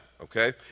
okay